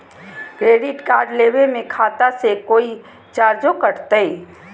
Credit card लेवे में खाता से कोई चार्जो कटतई?